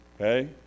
Okay